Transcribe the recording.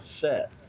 set